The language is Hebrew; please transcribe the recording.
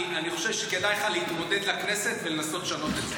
אני חושב שכדאי לך להתמודד לכנסת ולנסות לשנות את זה,